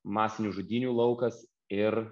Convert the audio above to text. masinių žudynių laukas ir